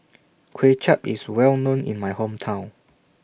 Kway Chap IS Well known in My Hometown